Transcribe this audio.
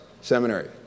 Seminary